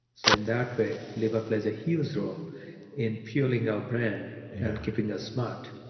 so in that way, liver plays a huge role in purring our brain and keeping us smart.